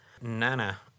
Nana